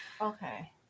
Okay